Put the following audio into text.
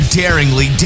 daringly